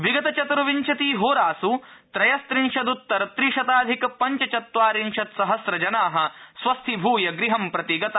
विगत चतुर्विशतिहोरास् त्रयखिंशदल्तर त्रिशताधिक पंचचत्वारिशत् सहम्रजना स्वस्थीभृय गृहं प्रति गता